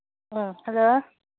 hello